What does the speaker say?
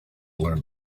learn